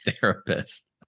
therapist